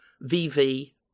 VV